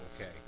Okay